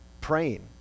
praying